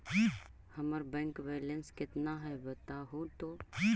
हमर bank balance केतना है बताहु तो?